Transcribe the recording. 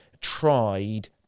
tried